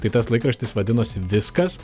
tai tas laikraštis vadinosi viskas